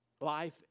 life